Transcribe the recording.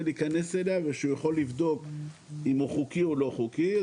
להיכנס אליה והוא יכול לבדוק אם הוא חוקי או לא חוקי,